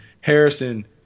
Harrison